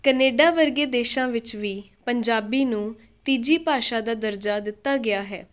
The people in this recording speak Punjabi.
ਕਨੇਡਾ ਵਰਗੇ ਦੇਸ਼ਾਂ ਵਿੱਚ ਵੀ ਪੰਜਾਬੀ ਨੂੰ ਤੀਜੀ ਭਾਸ਼ਾ ਦਾ ਦਰਜਾ ਦਿੱਤਾ ਗਿਆ ਹੈ